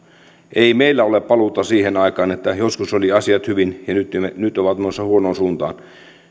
ei meillä ole paluuta siihen aikaan että joskus olivat asiat hyvin ja nyt ovat menossa huonoon suuntaan